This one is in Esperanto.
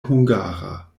hungara